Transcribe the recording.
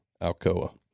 Alcoa